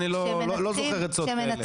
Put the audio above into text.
אני לא זוכר עצות כאלה.